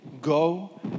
go